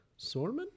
Sorman